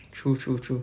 true true true